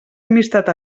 amistat